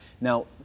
Now